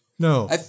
No